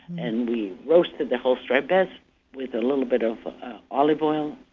and we roasted the whole striped bass with a little bit of olive oil,